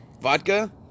vodka